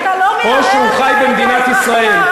או שהוא חי במדינת ישראל,